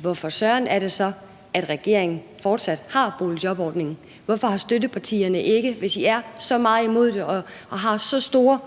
hvorfor søren er det så, at regeringen fortsat har boligjobordningen? Hvorfor bakker støttepartierne fortsat op om det, hvis I er så meget imod det og har så store